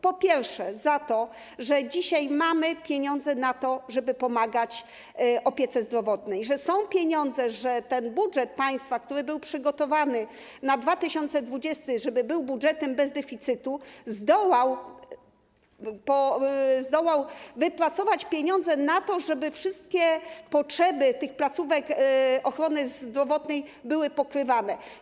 Po pierwsze, za to, że dzisiaj mamy pieniądze na to, żeby pomagać opiece zdrowotnej: że są pieniądze, że budżet państwa, który był przygotowany na 2020 r., żeby był budżetem bez deficytu, zdołał wypracować pieniądze na to, żeby wszystkie potrzeby placówek ochrony zdrowotnej były pokrywane.